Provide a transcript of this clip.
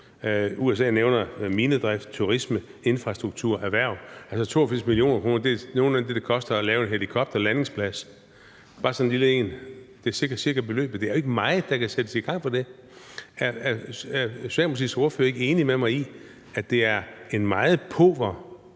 USA nævner minedrift, turisme, infrastruktur, erhverv. Altså, 82 mio. kr. er nogenlunde det, det koster at lave en helikopterlandingsplads; bare for sådan en lille en er det cirka beløbet. Og det er jo ikke meget, der kan sættes i gang for det. Er Socialdemokratiets ordfører ikke enig med mig i, at det er en meget pauver